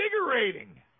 invigorating